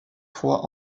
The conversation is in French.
fois